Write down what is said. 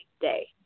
day